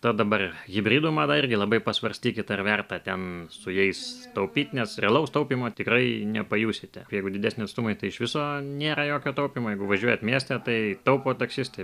ta dabar hibridų mada irgi labai pasvarstykit ar verta ten su jais taupyt nes realaus taupymo tikrai nepajusite jeigu didesni atstumai tai iš viso nėra jokio taupymo jeigu važiuojat mieste tai taupo taksistai